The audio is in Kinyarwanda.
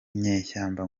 inyeshyamba